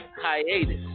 hiatus